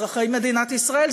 אזרחי מדינת ישראל,